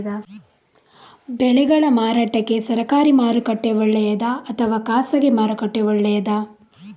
ಬೆಳೆಗಳ ಮಾರಾಟಕ್ಕೆ ಸರಕಾರಿ ಮಾರುಕಟ್ಟೆ ಒಳ್ಳೆಯದಾ ಅಥವಾ ಖಾಸಗಿ ಮಾರುಕಟ್ಟೆ ಒಳ್ಳೆಯದಾ